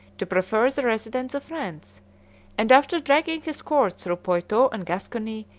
to prefer the residence of france and, after dragging his court through poitou and gascony,